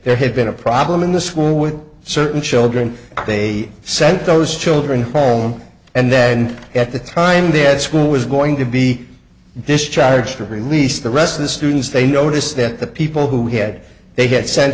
there had been a problem in the school with certain children they sent those children home and then at the time this was going to be this charge to release the rest of the students they noticed that the people who had they had sent